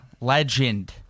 Legend